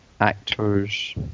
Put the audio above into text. actors